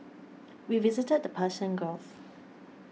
we visited the Persian Gulf